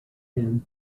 him